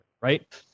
Right